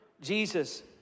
Jesus